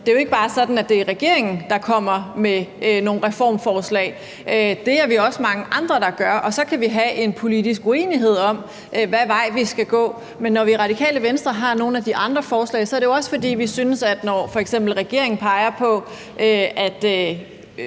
det jo ikke bare er sådan, at det er regeringen, der kommer med nogle reformforslag, for det er vi også mange andre der gør, og så kan vi have en politisk uenighed om, hvad vej vi skal gå. Men når vi i Radikale Venstre har nogle af de andre forslag, er det også, fordi vi synes, at det, når regeringen f.eks. peger på at